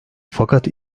fakat